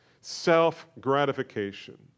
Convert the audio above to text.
Self-gratification